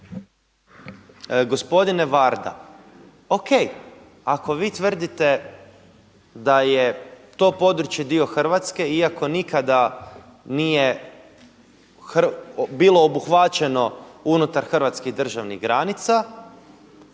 Gospodine Varda, o.k. ako vi tvrdite da je to područje dio Hrvatske iako nikada nije bilo obuhvaćeno unutar hrvatskih državnih granica,